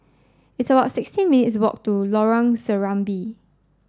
it's about sixteen minutes' walk to Lorong Serambi